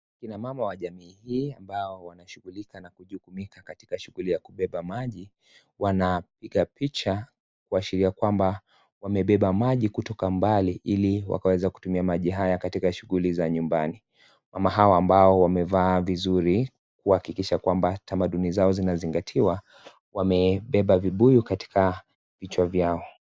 Kina mama wa jamii hii ambao wanashughulika na kujukumika katika shughuli ya kubeba maji wanapiga picha kuashiria kwamba wamebeba maji kutoka mbali ili wakaweze kutumia maji haya katika shughuli za nyumbani, mama hawa ambao wamevaa vizuri kuhakikisha kwamba tamaduni zao zinazingatiwa, wamebeba vibuyu katika vichwa vyao.